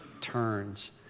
turns